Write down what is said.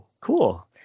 Cool